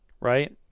right